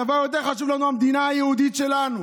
הדבר היותר-חשוב לנו, המדינה היהודית שלנו